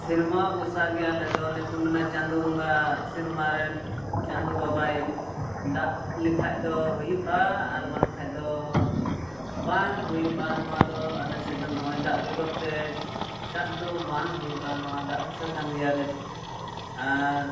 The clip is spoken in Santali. ᱥᱮᱨᱢᱟ ᱵᱷᱚᱨᱥᱟ ᱜᱮ ᱚᱱᱮᱫᱚ ᱚᱱᱮᱠᱚ ᱢᱮᱱᱟ ᱪᱟᱸᱫᱳ ᱵᱚᱸᱜᱟ ᱥᱮᱨᱢᱟ ᱨᱮᱱ ᱪᱟᱸᱫᱚ ᱵᱟᱵᱟᱭ ᱫᱟᱜ ᱞᱮᱠᱷᱟᱡ ᱫᱚ ᱦᱩᱭᱩᱜᱼᱟ ᱟᱨ ᱵᱟᱝᱠᱷᱟᱡ ᱫᱚ ᱵᱟᱝ ᱦᱩᱭᱩᱜᱼᱟ ᱱᱚᱣᱟ ᱫᱚ ᱟᱞᱮᱥᱮᱫ ᱫᱚ ᱱᱚᱜᱼᱚᱭ ᱫᱟᱜ ᱵᱮᱜᱚᱨᱛᱮ ᱪᱟᱥ ᱫᱚ ᱵᱟᱝ ᱦᱩᱭᱩᱜᱼᱟ ᱫᱟᱜ ᱵᱷᱚᱨᱥᱟ ᱠᱟᱱ ᱜᱮᱭᱟᱞᱮ ᱟᱨ